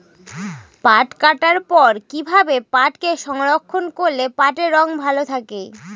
পাট কাটার পর কি ভাবে পাটকে সংরক্ষন করলে পাটের রং ভালো থাকে?